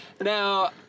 Now